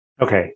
Okay